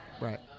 Right